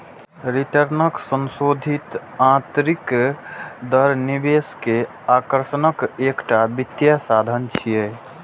रिटर्नक संशोधित आंतरिक दर निवेश के आकर्षणक एकटा वित्तीय साधन छियै